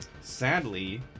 sadly